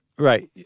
Right